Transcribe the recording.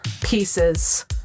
Pieces